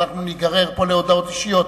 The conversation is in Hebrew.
אנחנו ניגרר פה להודעות אישיות.